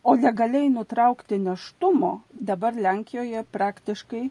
o legaliai nutraukti nėštumo dabar lenkijoje praktiškai